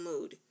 mood